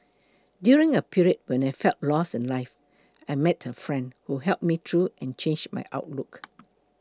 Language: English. during a period when I felt lost in life I met a friend who helped me and changed my outlook